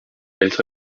elle